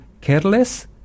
careless